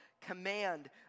command